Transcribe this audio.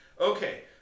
Okay